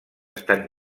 estan